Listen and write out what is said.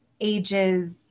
ages